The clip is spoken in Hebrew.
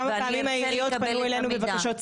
כמה פעמים העיריות פנו אלינו בבקשות סיוע?